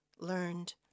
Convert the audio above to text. learned